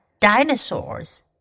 Dinosaurs